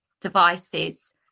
devices